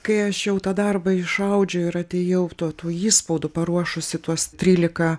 kai aš jau tą darbą išaudžiau ir atėjau tuo tu įspaudų paruošusi tuos trylika